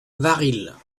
varilhes